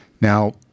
now